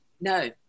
no